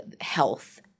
health